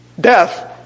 death